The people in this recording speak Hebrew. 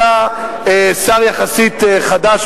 אתה שר יחסית חדש,